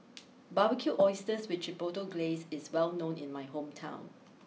Barbecued Oysters with Chipotle Glaze is well known in my hometown